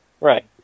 right